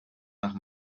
nach